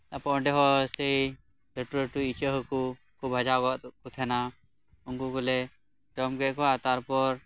ᱛᱟᱨᱯᱚᱨ ᱚᱸᱰᱮ ᱦᱚᱸ ᱥᱮᱭ ᱞᱟᱴᱩ ᱞᱟᱴᱩ ᱤᱪᱟᱹᱜ ᱦᱟᱠᱩ ᱠᱚ ᱵᱷᱟᱡᱟᱣ ᱠᱟᱜ ᱠᱚ ᱛᱟᱦᱮᱸᱱᱟ ᱩᱝᱠᱩ ᱠᱚᱞᱮ ᱡᱚᱢ ᱠᱮᱜ ᱠᱚᱣᱟ ᱛᱟᱨᱯᱚᱨ